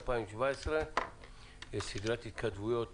ויש סדרת התכתבויות